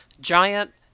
Giant